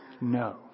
No